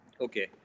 Okay